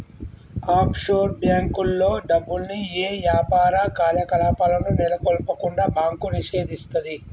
offshore బ్యేంకుల్లో డబ్బుల్ని యే యాపార కార్యకలాపాలను నెలకొల్పకుండా బ్యాంకు నిషేధిస్తది